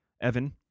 evan